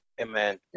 Amen